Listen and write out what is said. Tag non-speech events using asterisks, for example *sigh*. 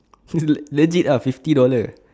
*noise* legit ah fifty dollars